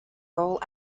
role